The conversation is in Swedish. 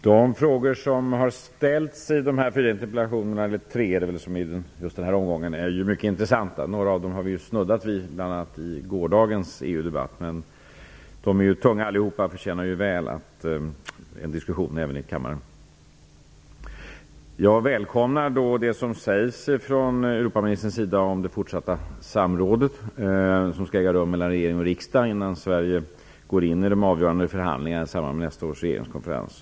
Fru talman! De frågor som har ställts i de tre interpellationerna är mycket intressanta. Några av dem har vi snuddat vid bl.a. i gårdagens EU-debatt. Men alla frågorna är tunga och förtjänar väl en diskussion även här i kammaren. Jag välkomnar det som sägs från Europaministerns sida om det fortsatta samråd som skall äga rum mellan regering och riksdag innan Sverige går in i de avgörande förhandlingarna i samband med nästa års regeringskonferens.